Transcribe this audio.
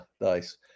nice